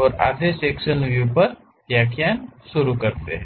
और आधे section view पर व्याख्यान शुरू करते हैं